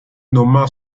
nomma